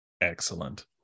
Excellent